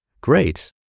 great